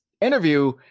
interview